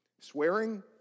Swearing